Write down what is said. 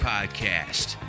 Podcast